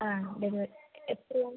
ആ ഡെലിവറി എത്രയാണ്